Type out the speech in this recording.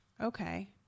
Okay